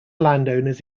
landowners